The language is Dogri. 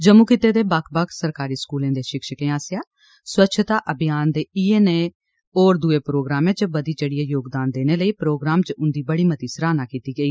जम्मू खित्ते दे बक्ख बक्ख सरकारी स्कूलें दे शिक्षकें आस्सेआ स्वस्वच्छता अभियान ते इयै नेह् होर दुए प्रोग्रामें च बधी चढ़ियै योगदान देने लेई प्रोग्राम च उंदी बड़ी मती सराह्ना कीती गेई